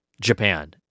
Japan